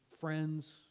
friends